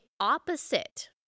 opposite